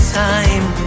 time